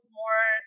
more